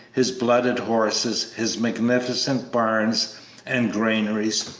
his blooded horses, his magnificent barns and granaries,